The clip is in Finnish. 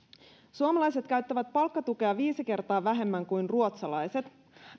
suomalaiset käyttävät palkkatukea viisi kertaa vähemmän kuin ruotsalaiset